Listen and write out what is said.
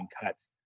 cuts